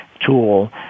tool